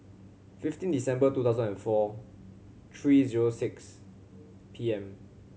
fifteen December two thousand and four three zero six P M